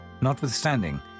Notwithstanding